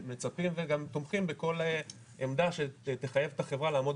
מצפים וגם תומכים בכל עמדה שתחייב את החברה לעמוד